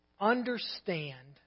understand